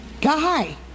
guy